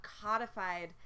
codified